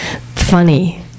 funny